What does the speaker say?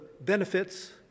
benefits